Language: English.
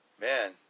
Man